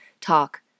talk